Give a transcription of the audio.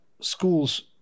schools